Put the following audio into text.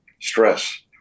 Stress